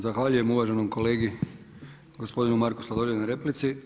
Zahvaljujem uvaženom kolegi gospodinu Marku Sladoljevu na replici.